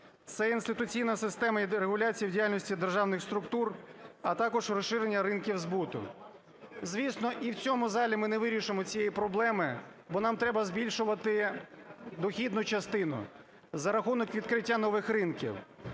Це інституційна система і дерегуляція в діяльності державних структур, а також розширення ринків збуту. Звісно, і в цьому залі ми не вирішимо цієї проблеми, бо нам треба збільшувати дохідну частину за рахунок відкриття нових ринків.